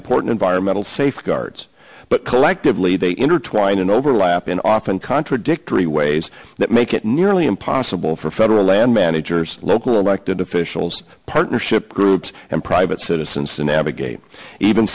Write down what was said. important environmental safeguards but collectively they intertwine and overlap in often contradictory ways that make it nearly impossible for federal land managers local elected officials partnership groups and private citizens to navigate even